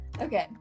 Okay